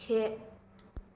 से